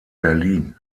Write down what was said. berlin